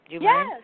Yes